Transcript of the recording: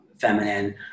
feminine